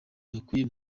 bakwiye